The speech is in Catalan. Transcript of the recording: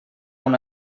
una